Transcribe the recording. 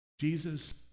Jesus